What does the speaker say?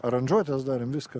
aranžuotes darėm viską